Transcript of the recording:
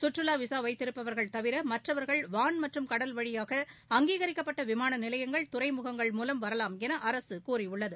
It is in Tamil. சுற்றுலா விசா வைத்திருப்பவர்கள் தவிர மற்றவர்கள் வான் மற்றும் கடல் வழியாக அங்கீகரிக்கப்பட்ட விமான நிலையங்கள் துறைமுகங்கள் மூலம் வரலாம் என அரசு கூறியுள்ளது